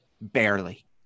Barely